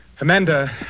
Amanda